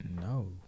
No